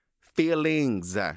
feelings